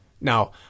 Now